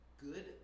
good